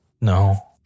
No